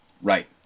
Right